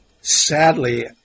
Sadly